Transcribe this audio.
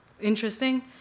interesting